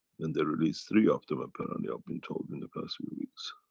and they released three of them apparently i've been told in the past few weeks.